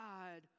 God